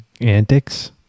Antics